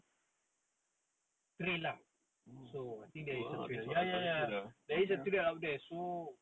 oh a'ah ada trail lah